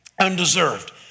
undeserved